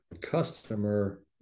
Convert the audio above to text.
customer